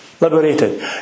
Liberated